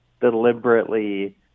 deliberately